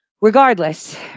regardless